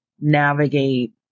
navigate